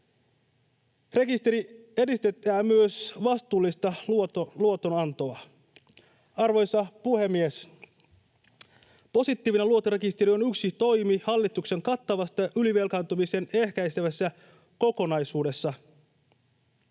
Rekisterillä edistetään myös vastuullista luotonantoa. Arvoisa puhemies! Positiivinen luottorekisteri on yksi toimi hallituksen kattavassa ylivelkaantumista ehkäisevässä kokonaisuudessa.